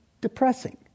depressing